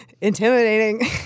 intimidating